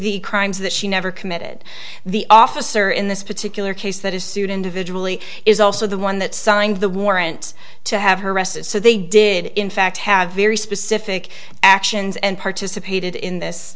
the crimes that she never committed the officer in this particular case that is sued individual is also the one that signed the warrant to have her arrested so they did in fact have very specific actions and participated in this